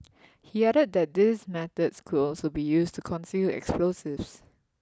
he added that these methods could also be used to conceal explosives